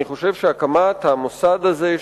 אני חושב שהקמת המוסד הזה,